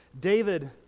David